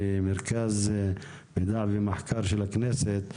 ממרכז המידע והמחקר של הכנסת,